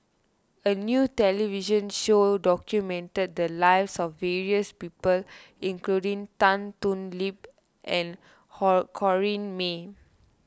a new television show documented the lives of various people including Tan Thoon Lip and Corrinne May